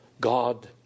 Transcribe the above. God